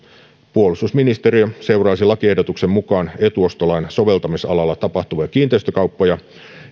puolustusministeriö seuraisi lakiehdotuksen mukaan etuostolain soveltamisalalla tapahtuvia kiinteistökauppoja